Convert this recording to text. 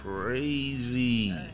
crazy